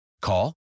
Call